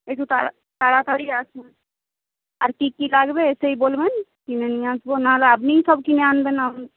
একটু তাড়াতাড়ি আসুন আর কী কী লাগবে এসেই বলবেন কিনে নিয়ে আসব না হলে আপনিই সব কিনে আনবেন